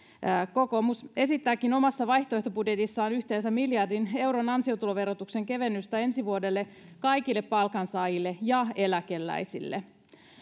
kokoomus esittääkin omassa vaihtoehtobudjetissaan yhteensä miljardin euron ansiotuloverotuksen kevennystä ensi vuodelle kaikille palkansaajille ja eläkeläisille